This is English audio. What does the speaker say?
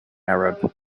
arab